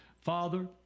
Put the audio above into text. Father